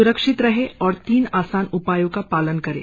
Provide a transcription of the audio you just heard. स्रक्षित रहें और तीन आसान उपायों का पालन करें